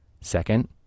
Second